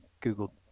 Google